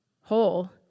whole